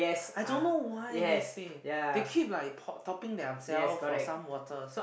I don't know why this things they keeping topping themselves for some water